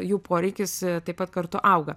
jų poreikis taip pat kartu auga